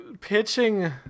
pitching